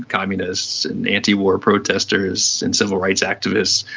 communist and anti-war protesters and civil rights activists,